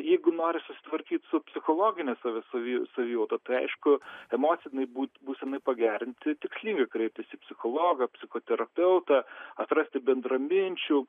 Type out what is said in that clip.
jeigu nori susitvarkyt su psichologine savi savi savijauta tai aišku emocinei bū būsenai pagerinti tikslinga kreiptis į psichologą psichoterapeutą atrasti bendraminčių